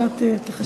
תחשב את זמנך.